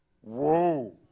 Whoa